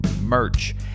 merch